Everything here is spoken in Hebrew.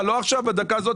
איך זה ישפיע על המחירים.